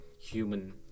Human